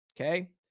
okay